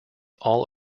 all